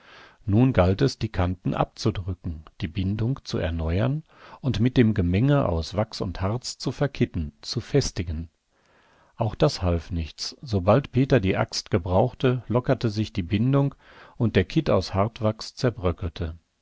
nun galt es die kanten abzudrücken die bindung zu erneuern und mit dem gemenge aus wachs und harz zu verkitten zu festigen auch das half nichts sobald peter die axt gebrauchte lockerte sich die bindung und der kitt aus hartwachs zerbröckelte